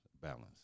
balance